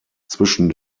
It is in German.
zwischen